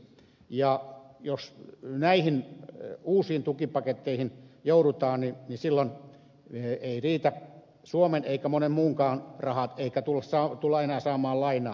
ja jos näihin uusiin tukipaketteihin joudutaan niin silloin ei riitä suomen eikä monen muunkaan rahat eikä tulla enää saamaan lainaa